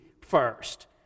first